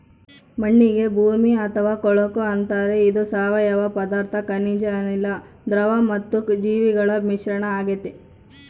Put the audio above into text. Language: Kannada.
ಮಣ್ಣಿಗೆ ಭೂಮಿ ಅಥವಾ ಕೊಳಕು ಅಂತಾರೆ ಇದು ಸಾವಯವ ಪದಾರ್ಥ ಖನಿಜ ಅನಿಲ, ದ್ರವ ಮತ್ತು ಜೀವಿಗಳ ಮಿಶ್ರಣ ಆಗೆತೆ